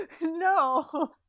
No